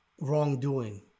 wrongdoing